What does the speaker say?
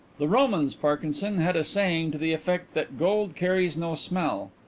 the romans, parkinson, had a saying to the effect that gold carries no smell.